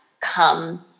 come